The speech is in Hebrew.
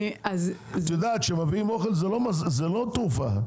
את יודעת, אוכל זה לא תרופה.